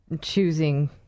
choosing